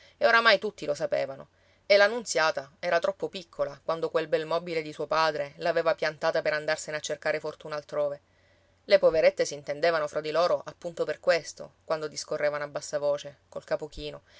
e oramai tutti lo sapevano e la nunziata era troppo piccola quando quel bel mobile di suo padre l'aveva piantata per andarsene a cercare fortuna altrove le poverette s'intendevano fra di loro appunto per questo quando discorrevano a bassa voce col capo chino